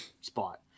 spot